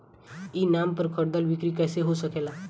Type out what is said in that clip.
ई नाम पर खरीद बिक्री कैसे हो सकेला?